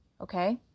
okay